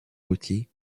coty